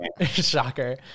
Shocker